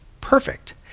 perfect